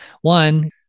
one